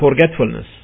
forgetfulness